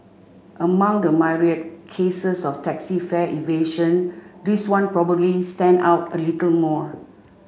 among the myriad cases of taxi fare evasion this one probably stand out a little more